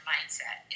Mindset